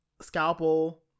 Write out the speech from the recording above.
scalpel